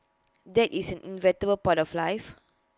death is an inevitable part of life